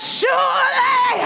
surely